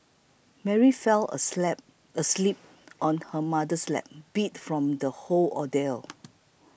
Mary fell asleep asleep on her mother's lap beat from the whole ordeal